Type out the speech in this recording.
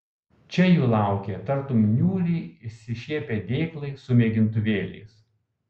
čia jų laukė tartum niūriai išsišiepę dėklai su mėgintuvėliais